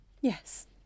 Yes